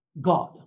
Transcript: God